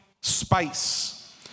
space